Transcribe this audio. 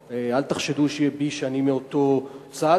"צהר" אל תחשדו בי שאני מאותו צד,